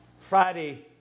Friday